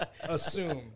assume